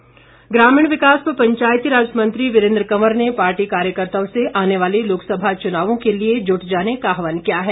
वीरेंद्र कंवर ग्रामीण विकास व पंचायतीराज मंत्री वीरेंद्र कंवर ने पार्टी कार्यकर्ताओं से आने वाले लोकसभा चुनावों के लिए जुट जाने का आहवान किया है